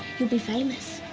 be famous.